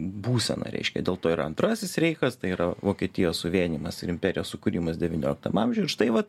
būseną reiškia dėl to ir antrasis reichas tai yra vokietijos suvienijimas ir imperijos sukūrimas devynioliktam amžiui ir štai vat